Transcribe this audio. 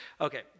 Okay